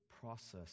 process